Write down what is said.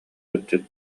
кырдьык